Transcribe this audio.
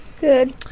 Good